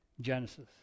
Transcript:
Genesis